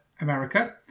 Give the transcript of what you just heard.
America